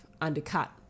undercut